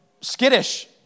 skittish